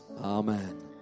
Amen